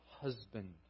husband